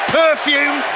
perfume